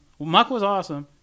MuckwasAwesome